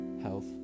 health